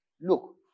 look